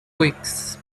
weeks